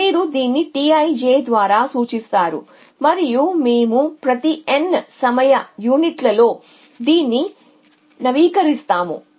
మీరు దీన్ని T i j ద్వారా సూచిస్తారు మరియు మేము ప్రతి N సమయ యూనిట్లలో దీన్ని నవీకరిస్తాము